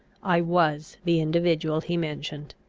i was the individual he mentioned.